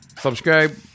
subscribe